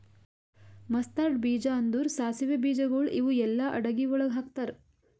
mustard ಬೀಜ ಅಂದುರ್ ಸಾಸಿವೆ ಬೀಜಗೊಳ್ ಇವು ಎಲ್ಲಾ ಅಡಗಿ ಒಳಗ್ ಹಾಕತಾರ್